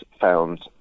found